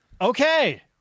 Okay